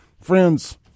Friends